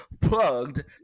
plugged